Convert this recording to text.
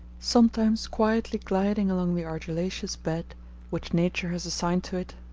sometimes quietly gliding along the argillaceous bed which nature has assigned to it,